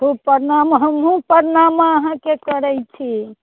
खूब प्रणाम हमहुँ प्रणाम अहाँके करय छी